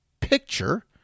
picture